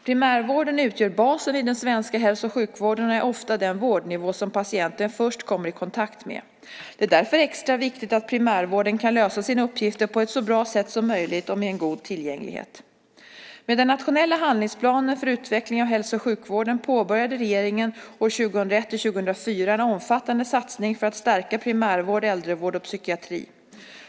Primärvården utgör basen i den svenska hälso och sjukvården och är ofta den vårdnivå som patienten först kommer i kontakt med. Det är därför extra viktigt att primärvården kan lösa sina uppgifter på ett så bra sätt som möjligt och med en god tillgänglighet. Med den nationella handlingsplanen för utveckling av hälso och sjukvården påbörjade regeringen åren 2001-2004 en omfattande satsning för att stärka primärvård, äldrevård och psykiatri.